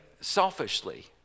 selfishly